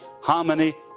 harmony